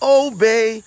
obey